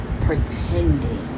pretending